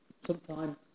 sometime